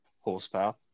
horsepower